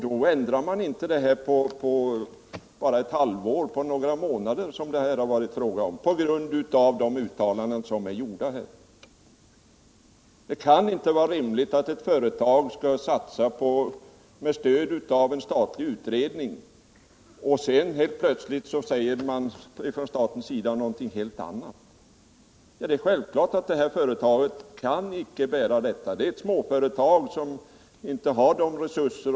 Det klarar man inte på bara ett halvår eller på några månader som det nu har varit fråga om på grund av de uttalanden som gjorts. Det kan inte vara rimligt att ett företag satsar på en produktion med stöd av en statlig utredning och att det sedan helt plötsligt kommer nya uttalanden med stöd av något helt annat. Det är självklart att det här företaget inte kan bära en sådan omsvängning. Roshamns är ett litet företag som inte harså stora resurser.